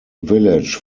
village